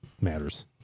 matters